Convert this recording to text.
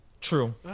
True